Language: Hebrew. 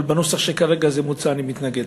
אבל בנוסח שכרגע זה מוצע, אני מתנגד.